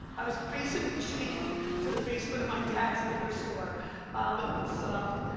i was basically chained to the basement of my dad's liquor store. it sucked.